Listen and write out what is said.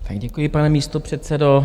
Děkuji, pane místopředsedo.